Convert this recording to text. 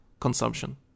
consumption